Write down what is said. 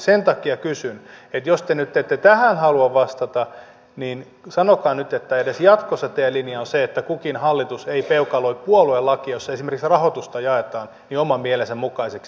sen takia jos te nyt ette tähän halua vastata sanokaa nyt että edes jatkossa teidän linjanne on se että kukin hallitus ei peukaloi puoluelakia jossa esimerkiksi rahoitusta jaetaan oman mielensä mukaiseksi